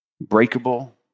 breakable